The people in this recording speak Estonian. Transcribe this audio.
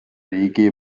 riigi